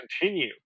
continue